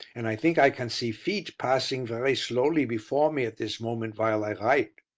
and i think i can see feet, passing very slowly before me at this moment while i write.